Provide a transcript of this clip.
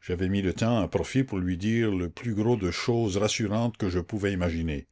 j'avais mis le temps à profit pour lui dire le plus de choses rassurantes que je pouvais imaginer